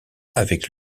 avec